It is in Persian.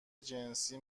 جنسی